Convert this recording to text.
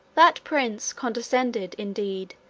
that prince condescended, indeed,